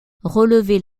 relever